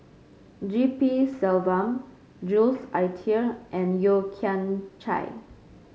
G P Selvam Jules Itier and Yeo Kian Chai